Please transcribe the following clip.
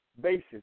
basis